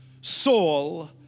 Saul